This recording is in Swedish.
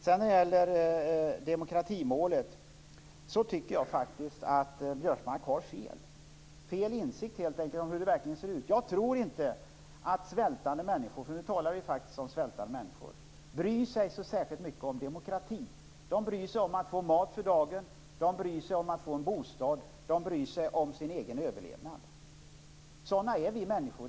När det gäller demokratimålet tycker jag faktiskt att Biörsmark har fel. Han har helt enkelt fel insikt om verkligheten. Jag tror inte att svältande människor - vi talar ju faktiskt om svältande människor - bryr sig så särskilt mycket om demokrati. De bryr sig om att få mat för dagen, de bryr sig om att få en bostad och de bryr sig om sin egen överlevnad. Sådana är vi människor.